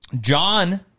John